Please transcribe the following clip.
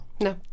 No